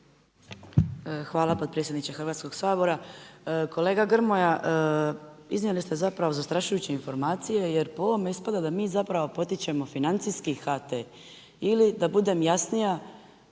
Hvala potpredsjedniče Hrvatskoga sabora. Kolega Grmoja, iznijeli ste zapravo zastrašujuće informacije jer po ovome ispada da mi zapravo potičemo financijski HT ili da budem jasnija,